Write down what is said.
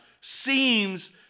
seems